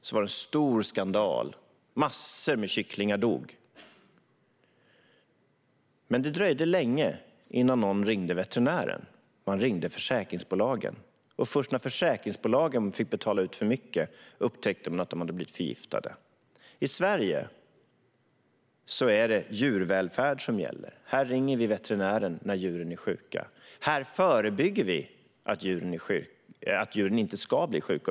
Då var det en stor skandal där en massa kycklingar dog men det dröjde länge innan någon ringde veterinären. Man ringde i stället försäkringsbolagen, och först när försäkringsbolagen fick betala ut för mycket upptäcktes det att kycklingarna blivit förgiftade. I Sverige är det djurvälfärd som gäller. Här ringer vi veterinären när djuren är sjuka, och här förebygger vi att djuren blir sjuka.